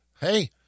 hey